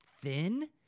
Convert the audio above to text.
thin